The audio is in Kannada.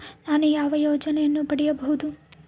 ನಾನು ಯಾವ ಯೋಜನೆಯನ್ನು ಪಡೆಯಬಹುದು?